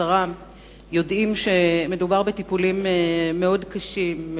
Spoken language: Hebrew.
יודעים שמדובר בטיפולים מאוד קשים,